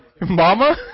Mama